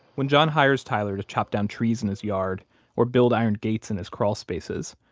when john hires tyler to chop down trees in his yard or build iron gates in his crawlspaces,